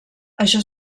això